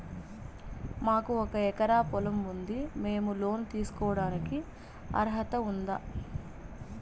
మాకు ఒక ఎకరా పొలం ఉంది మేము లోను తీసుకోడానికి అర్హత ఉందా